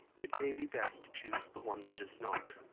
it may be best to choose the one that does not.